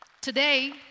Today